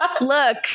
Look